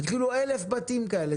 תתחילו עם 1,000 בתים כאלה,